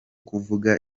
kuvuga